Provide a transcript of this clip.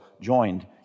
joined